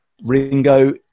Ringo